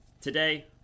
today